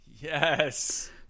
Yes